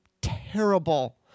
terrible